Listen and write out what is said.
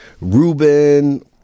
Ruben